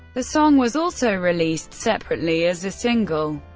the song was also released separately as a single.